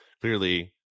clearly